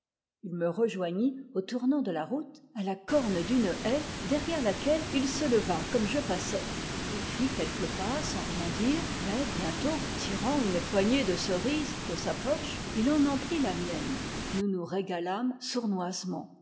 il me rejoignit au tournant de la route à la corne d'une haie derrière laquelle il se leva comme je passais il fit quelques pas sans rien dire mais bientôt tirant une poignée de cerises de sa poche il en emplit la mienne nous nous régalâmes sournoisement